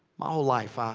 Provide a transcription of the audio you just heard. my whole life i.